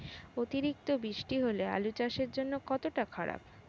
অতিরিক্ত বৃষ্টি হলে আলু চাষের জন্য কতটা খারাপ?